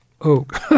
oak